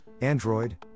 android